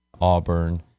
Auburn